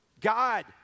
God